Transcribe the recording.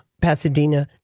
Pasadena